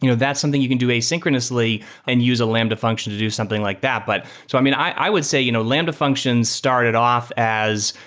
you know that's something you can do asynchronously and use a lambda function to do something like that. but so i mean, i would say you know lambda functions started off as,